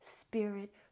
spirit